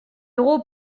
euros